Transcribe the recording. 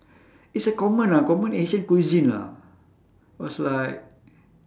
it's a common lah common asian cuisine lah was like